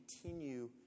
continue